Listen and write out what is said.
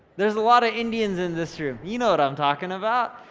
there's a lot of indians in this room. you know what i'm talking about.